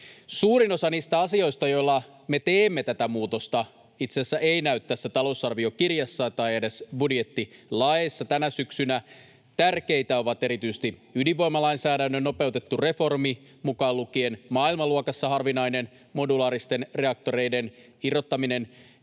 Suurin osa niistä asioista, joilla me teemme tätä muutosta, itse asiassa eivät näy tässä talousarviokirjassa tai edes budjettilaeissa tänä syksynä. Tärkeitä ovat erityisesti ydinvoimalainsäädännön nopeutettu reformi mukaan lukien maailmanluokassa harvinainen modulaaristen reaktoreiden irrottaminen